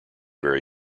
very